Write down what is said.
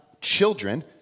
children